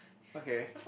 okay